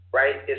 right